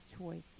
choice